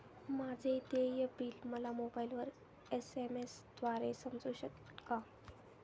माझे देय बिल मला मोबाइलवर एस.एम.एस द्वारे समजू शकेल का?